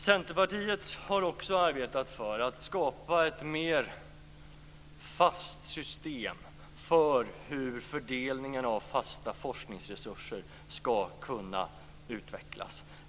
Centerpartiet har också arbetat för att skapa ett mer fast system för hur fördelningen av fasta forskningsresurser skall kunna utvecklas.